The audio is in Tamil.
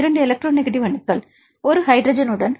2 எலக்ட்ரோநெக்டிவ் அணுக்கள் மாணவர் 1 ஹைட்ரஜனுடன்